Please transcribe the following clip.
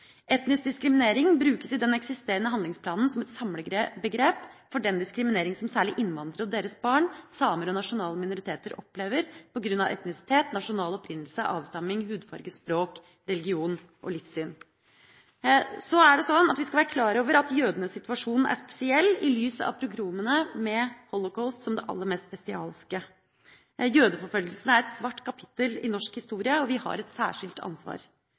etnisk diskriminering. Etnisk diskriminering brukes i den eksisterende handlingsplanen som et samlebegrep for den diskrimineringen som særlig innvandrere og deres barn, samer og nasjonale minoriteter opplever pga. etnisitet, nasjonal opprinnelse, avstamming, hudfarge, språk, religion og livssyn. Vi skal være klar over at jødenes situasjon er spesiell i lys av pogromene, med holocaust som det aller mest bestialske. Jødeforfølgelsene er et svart kapittel i norsk historie, og vi har et særskilt ansvar.